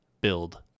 build